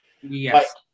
Yes